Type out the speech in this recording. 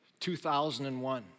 2001